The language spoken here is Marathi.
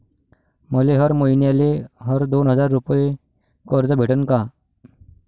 मले हर मईन्याले हर दोन हजार रुपये कर्ज भेटन का?